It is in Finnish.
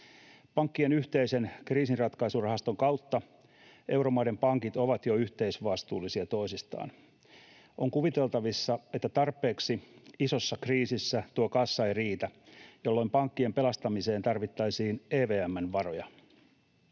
Pankkien yhteisen kriisinratkaisurahaston kautta euro-maiden pankit ovat jo yhteisvastuullisia toisistaan. On kuviteltavissa, että tarpeeksi isossa kriisissä tuo kassa ei riitä, jolloin pankkien pelastamiseen tarvittaisiin EVM:n varoja.